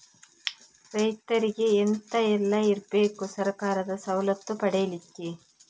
ರೈತರಿಗೆ ಎಂತ ಎಲ್ಲ ಇರ್ಬೇಕು ಸರ್ಕಾರದ ಸವಲತ್ತು ಪಡೆಯಲಿಕ್ಕೆ?